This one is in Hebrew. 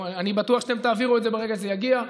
אני בטוח שאתם תעבירו את זה ברגע שזה יגיע,